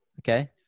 Okay